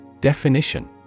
Definition